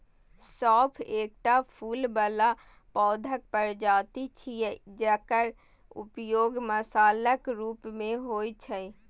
सौंफ एकटा फूल बला पौधाक प्रजाति छियै, जकर उपयोग मसालाक रूप मे होइ छै